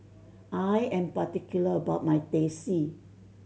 I am particular about my Teh C